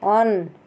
on